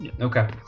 Okay